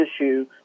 issue